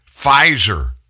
Pfizer